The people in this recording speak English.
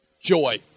Joy